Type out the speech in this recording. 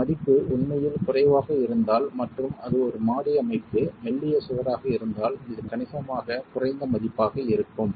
இந்த மதிப்பு உண்மையில் குறைவாக இருந்தால் மற்றும் அது ஒரு மாடி அமைப்பு மெல்லிய சுவராக இருந்தால் இது கணிசமாக குறைந்த மதிப்பாக இருக்கும்